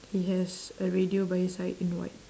he has a radio by his side in white